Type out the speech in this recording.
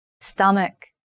Stomach